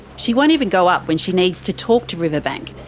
she won't even go up when she needs to talk to riverbank.